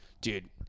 Dude